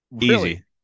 Easy